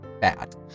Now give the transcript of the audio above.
bad